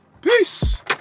peace